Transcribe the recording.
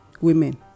Women